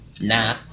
Nah